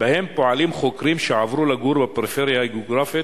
בהם עובדים חוקרים שעברו לגור בפריפריה הגיאוגרפית